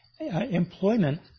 employment